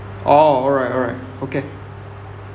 orh alright alright okay